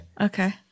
okay